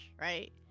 right